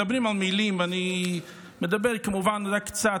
מדברים על מילים, ואני מדבר כמובן רק על קצת,